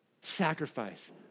sacrifice